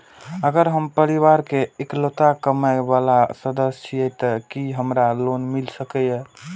अगर हम परिवार के इकलौता कमाय वाला सदस्य छियै त की हमरा लोन मिल सकीए?